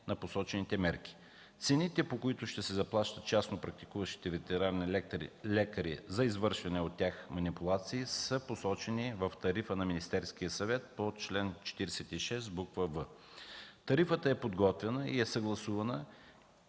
на посочените мерки. Цените, по които ще се заплащат частно практикуващите ветеринарни лекари за извършени от тях манипулации, са посочени в тарифа на Министерския съвет по чл. 46в. Тарифата е подготвена и съгласувана